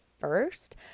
First